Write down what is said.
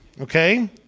okay